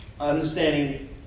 understanding